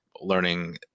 learning